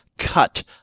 Cut